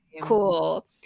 cool